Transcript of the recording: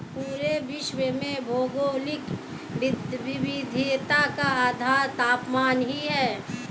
पूरे विश्व में भौगोलिक विविधता का आधार तापमान ही है